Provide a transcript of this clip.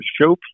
show